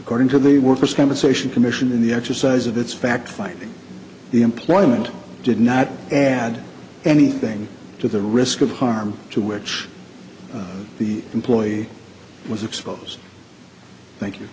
according to the workers compensation commission in the exercise of this fact finding employment did not and anything to the risk of harm to which the employee was exposed thank you